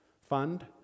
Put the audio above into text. fund